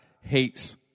hates